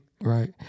Right